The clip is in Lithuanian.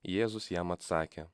jėzus jam atsakė